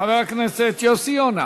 חבר הכנסת יוסי יונה,